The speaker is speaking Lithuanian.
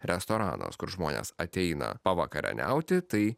restoranas kur žmonės ateina pavakarieniauti tai